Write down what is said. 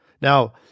Now